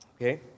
Okay